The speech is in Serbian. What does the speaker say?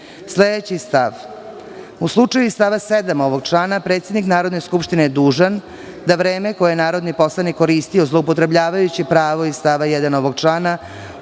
41.Sledeći stav – U slučaju iz stava 7. ovog člana, predsednik Narodne skupštine je dužan da vreme koje je narodni poslanik koristio zloupotrebljavajući pravo iz stava 1. ovog člana